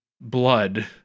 blood